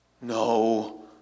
No